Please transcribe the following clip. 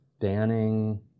banning